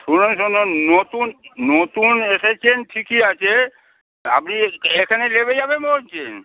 শুনুন শুনুন নতুন নতুন এসেছেন ঠিকই আছে তা আপনি এ এখানে নেমে যাবেন বলছেন